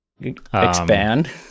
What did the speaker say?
Expand